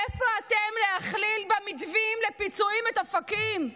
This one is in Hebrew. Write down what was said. איפה אתם, ולהכליל במתווים לפיצויים את אופקים.